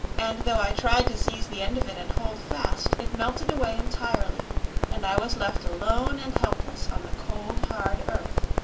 and though i tried to seize the end of it and hold fast, it melted away entirely and i was left alone and helpless on the cold, hard earth!